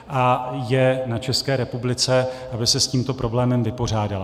A je na České republice, aby se s tímto problémem vypořádala.